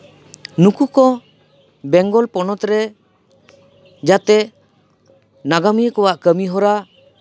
ᱱᱩᱠᱩ ᱠᱚ ᱵᱮᱝᱜᱚᱞ ᱯᱚᱱᱚᱛ ᱨᱮ ᱡᱟᱛᱮ ᱱᱟᱜᱟᱢᱤᱭᱟᱹ ᱠᱚᱣᱟᱜ ᱠᱟᱹᱢᱤᱦᱚᱨᱟ